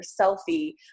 selfie